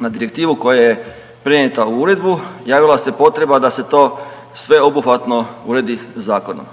na direktivu koja je prenijeta u uredbu javila se potreba da se to sveobuhvatno uredi zakonom.